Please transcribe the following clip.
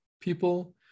people